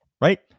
right